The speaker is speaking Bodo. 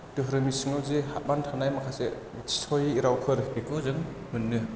दोरोमनि सिङाव जे हाबनानै थानाय माखासे मिथिस'यै रावफोर बेखौ जों मोनो